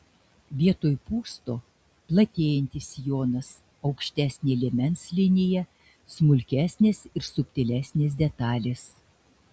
vietoj pūsto platėjantis sijonas aukštesnė liemens linija smulkesnės ir subtilesnės detalės